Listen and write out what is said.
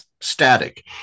static